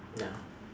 ya